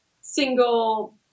single